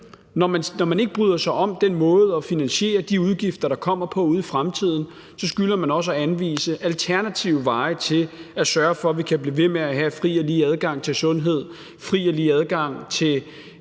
når man ikke bryder sig om den måde at finansiere de udgifter, der kommer ude i fremtiden, at anvise alternative veje til at sørge for, at vi kan blive ved med at have fri og lige adgang til sundhed, fri og lige adgang til